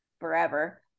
forever